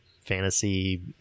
fantasy